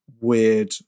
weird